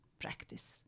practice